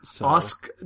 ask